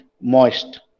moist